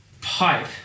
pipe